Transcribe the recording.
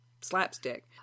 slapstick